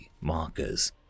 markers